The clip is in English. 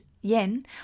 yen